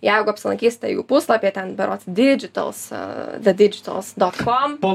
jeigu apsilankysite jų puslapyje ten berods digitals the digitals dot com